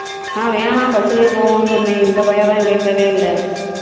நான் வேணால் பஸ்ஸுலேயே போவோம்னு சொன்னேன் இந்த பையதான் கேட்கவே இல்லை